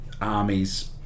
armies